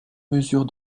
mesure